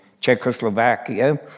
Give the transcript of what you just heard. Czechoslovakia